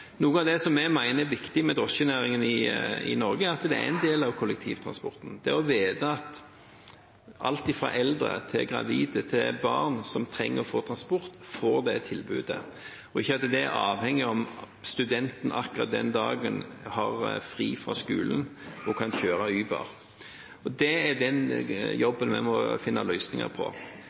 Noe av det vi mener er viktig med drosjenæringen i Norge, er at den er en del av kollektivtransporten – å vite at alt fra eldre til gravide til barn som trenger å få transport, får det tilbudet, og at ikke det avhenger av om studenten akkurat den dagen har fri fra skolen og kan kjøre for Uber. Det er den jobben vi må finne løsninger på.